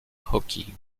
hockey